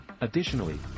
Additionally